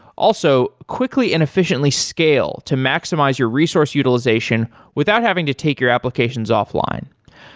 also, quickly and efficiently scale to maximize your resource utilization without having to take your applications offline.